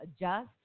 adjust